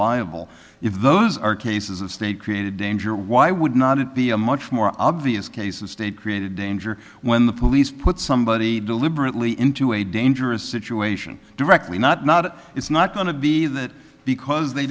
liable if those are cases of state created danger why would not it be a much more obvious case of state created danger when the police put somebody deliberately into a dangerous situation directly not not it's not going to be that because they